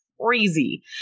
crazy